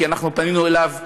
כי אנחנו פנינו אליו,